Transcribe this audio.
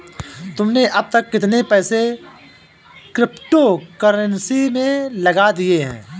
तुमने अब तक कितने पैसे क्रिप्टो कर्नसी में लगा दिए हैं?